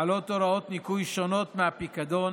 חלות הוראות ניכוי שונות מהפיקדון